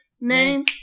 Name